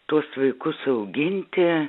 tuos vaikus auginti